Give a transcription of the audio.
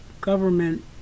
government